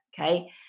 Okay